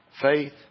faith